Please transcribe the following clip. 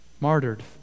martyred